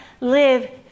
live